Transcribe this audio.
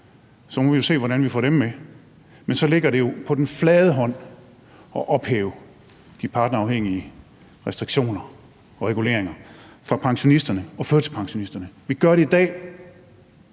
må vi jo se, hvordan vi får dem med. Men så ligger det jo på den flade hånd at ophæve de partnerafhængige restriktioner og reguleringer for pensionisterne og førtidspensionisterne. Vi kan gøre det i dag.